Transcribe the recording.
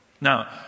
Now